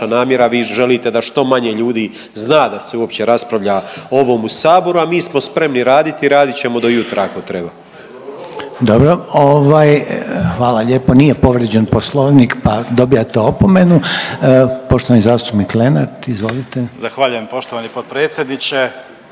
namjera, vi želite da što manje ljudi zna da se uopće o ovom u Saboru, a mi smo spremni raditi, radit ćemo do jutra ako treba. **Reiner, Željko (HDZ)** Dobro. Hvala lijepo. Nije povrijeđen Poslovnik, pa dobijate opomenu. Poštovani zastupnik Lenart, izvolite. **Lenart, Željko (HSS)** Zahvaljujem poštovani potpredsjedniče.